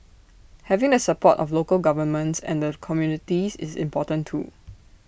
having the support of local governments and the communities is important too